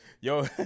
yo